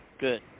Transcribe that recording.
Good